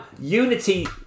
unity